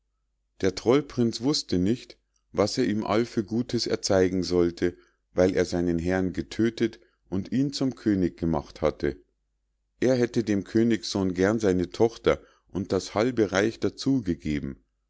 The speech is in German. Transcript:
der trollprinz wußte nicht was er ihm all für gutes erzeigen sollte weil er seinen herrn getödtet und ihn zum könig gemacht hatte er hätte dem königssohn gern seine tochter und das halbe reich dazu gegeben